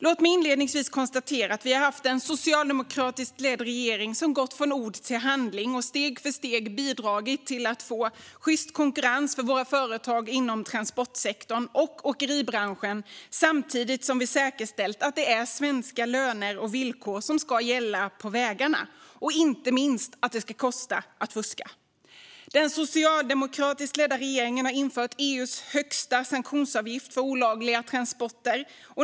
Låt mig inledningsvis konstatera att vi har haft en socialdemokratiskt ledd regering som gått från ord till handling och steg för steg bidragit till att få sjyst konkurrens för våra företag inom transportsektorn och åkeribranschen, samtidigt som vi säkerställt att det är svenska löner och villkor som ska gälla på vägarna och inte minst att det ska kosta att fuska. Den socialdemokratiskt ledda regeringen har infört EU:s högsta sanktionsavgift för olagliga transporter.